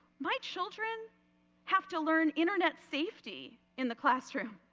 my children have to learn internet safety in the classroom.